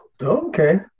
Okay